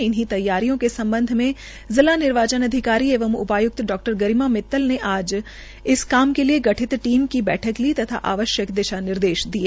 इन्हीं तैयारियों के संबंध में जिला निर्वाचन अधिकारी एवं उप्राय्क्त डा गरिमा मित्तल ने आज इस काम के लिए गठित टीम की बैठक ली तथा आवश्यक दिशा निर्देश दिए